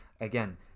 again